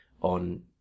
on